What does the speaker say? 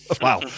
Wow